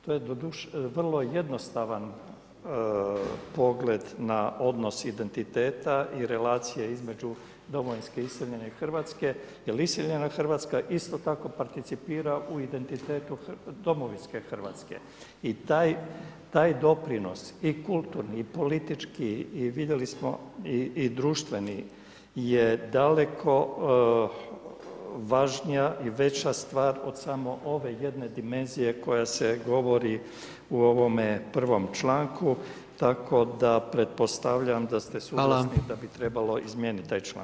To je vrlo jednostavan pogled na odnos identiteta i relacije između domovinske iseljene Hrvatske jer iseljena Hrvatska isto tako participira u identitetu domovinske Hrvatske i taj doprinos, i kulturni, i politički, i vidjeli smo i društveni, je daleko važnija i veća stvar od samo ove jedne dimenzija koja se govori u ovome prvom članku, tako da pretpostavljam da ste [[Upadica predsjednik: Hvala.]] Suglasni da bi trebalo izmijenit taj članak.